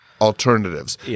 alternatives